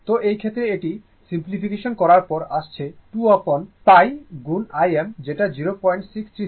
তো এই ক্ষেত্রে এটি সিমপ্লিফিকেশন করার পর আসছে 2 upon π গুণ Im যেটা 0637 Im এর সমান